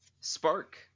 Spark